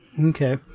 Okay